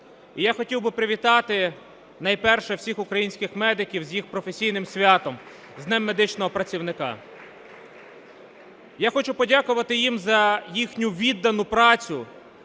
І я хотів би привітати найперше всіх українських медиків з їх професійним святом – з Днем медичного працівника. Я хочу подякувати їм за їхню віддану працю